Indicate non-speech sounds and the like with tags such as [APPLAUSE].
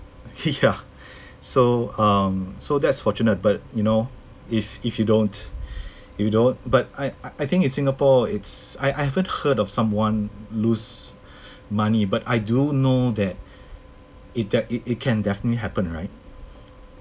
[LAUGHS] ya so um so that's fortunate but you know if if you don't if you don't but I I think in singapore it's I I haven't heard of someone lose money but I do know that it that it it can definitely happen right